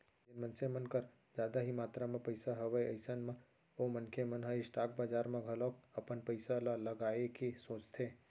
जेन मनसे मन कर जादा ही मातरा म पइसा हवय अइसन म ओ मनखे मन ह स्टॉक बजार म घलोक अपन पइसा ल लगाए के सोचथे